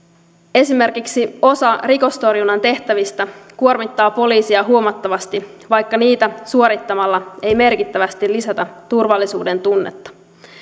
esimerkiksi osa rikostorjunnan tehtävistä kuormittaa poliisia huomattavasti vaikka niitä suorittamalla ei merkittävästi lisätä turvallisuuden tunnetta